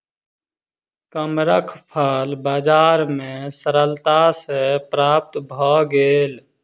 कमरख फल बजार में सरलता सॅ प्राप्त भअ गेल